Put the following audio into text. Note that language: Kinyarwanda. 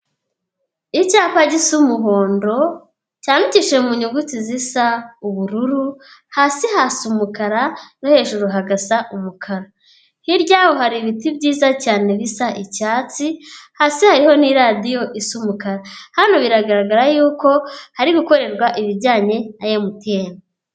Icyapa gisa umuhondo cyandikishije mu nyuguti zisa ubururu, hasi hasa umukara no hejuru hagasa umukara. Hirya yaho hari ibiti byiza cyane bisa icyatsi, hasi hariho n'iradio isa umukara, hano biragaragara yuko hari gukorerwa ibijyanye na MTN.